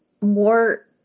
more